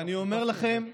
אני אומר לכם: